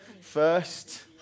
first